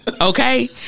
Okay